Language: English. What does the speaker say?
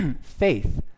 Faith